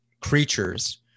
creatures